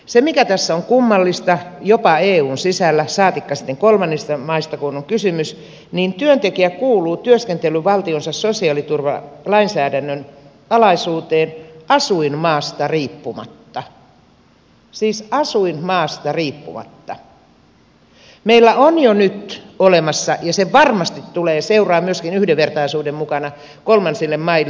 se mikä tässä on kummallista jopa eun sisällä saatikka sitten kolmansista maista kun on kysymys on että työntekijä kuuluu työskentelyvaltionsa sosiaaliturvalainsäädännön alaisuuteen asuinmaasta riippumatta siis asuinmaasta riippumatta ja se varmasti seuraa myöskin yhdenvertaisuuden mukana kolmansille maille